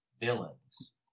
villains